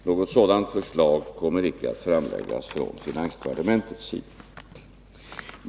Något sådant förslag kommer icke att framläggas från finansdepartementets sida.